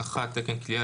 תקן כליאה.